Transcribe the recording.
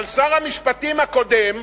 אבל שר המשפטים הקודם,